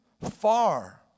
far